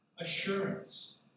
assurance